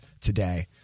today